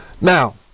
Now